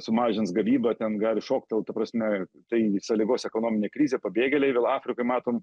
sumažins gavybą ten gali šoktelt ta prasme tai sąlygos ekonominę krizę pabėgėliai vėl afrikoj matom